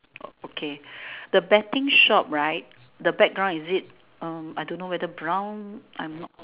okay the betting shop right the background is it um I don't know whether brown I'm not